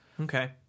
Okay